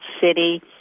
city